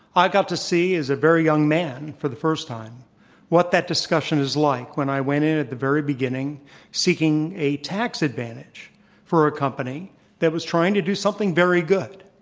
i got to see as a very young man for the first time what that discussion is like when i went in at the very beginning seeking a tax advantage for a company that was trying to do something very good,